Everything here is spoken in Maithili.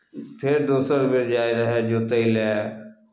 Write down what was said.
फेर दोसर बेर जाइत रहय जोतय लए